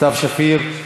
סתיו שפיר.